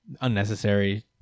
unnecessary